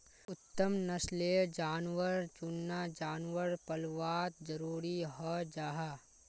उत्तम नस्लेर जानवर चुनना जानवर पल्वात ज़रूरी हं जाहा